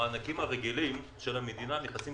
המענקים הרגילים של המדינה נכנסים